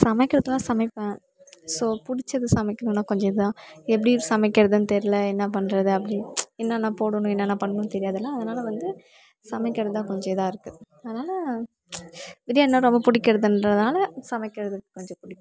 சமைக்கிறது எல்லாம் சமைப்பேன் ஸோ பிடிச்சத சமைக்கணுன்னா கொஞ்சம் இது தான் எப்படி சமைக்கிறதுன்னு தெரியல என்ன பண்ணுறது அப்படீன்னு என்னான்னா போடணும் என்னான்னா பண்ணனுன்னு தெரியாதுல்ல அதனால் வந்து சமைக்கிறது தான் கொஞ்சம் இதாக இருக்கு அதனால் பிரியாணின்னா ரொம்ப பிடிக்கிறதுன்றதுனால சமைக்கிறதுக்கு கொஞ்சம் பிடிக்கும்